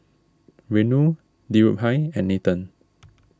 Renu Dhirubhai and Nathan